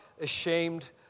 ashamed